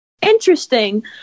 interesting